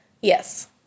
Yes